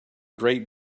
great